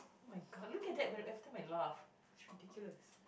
oh-my-god look at that after my laugh it's ridiculous